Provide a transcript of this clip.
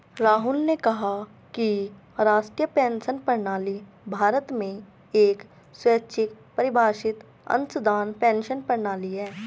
राहुल ने कहा कि राष्ट्रीय पेंशन प्रणाली भारत में एक स्वैच्छिक परिभाषित अंशदान पेंशन प्रणाली है